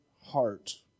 heart